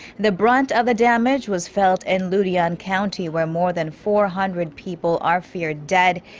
the brunt of the damage was felt in ludian county, where more than four hundred people are feared dead.